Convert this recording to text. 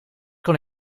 kon